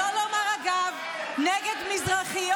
שלא לומר, אגב, נגד מזרחיות.